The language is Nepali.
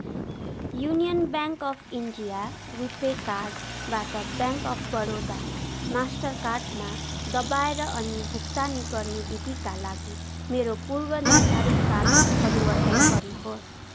union bank of India RuPay कार्डबाट ब्याङ्क अफ बडोदा मास्टर कार्डमा दबाएर अनि भुक्तानी गर्ने विधिका लागि मेरो पूर्वनिर्धारित कार्ड परिवर्तन गर्नुहोस्